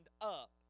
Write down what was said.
up